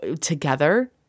together